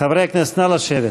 נא לשבת.